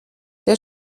der